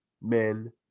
men